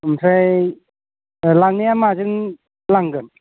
ओमफ्राय लांनाया माजों लांगोन